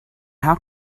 how